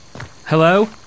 Hello